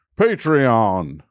Patreon